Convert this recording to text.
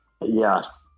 Yes